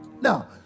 Now